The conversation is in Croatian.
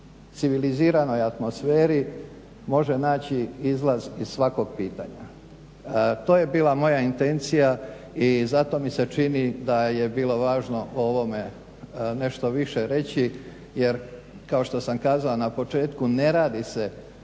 civiliziranoj atmosferi može naći izlaz iz svakog pitanja. To je bila moja intencija i zato mi se čini da je bilo važno o ovome nešto više reći jer kao što sam kazao na početku, ne radi se